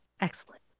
excellent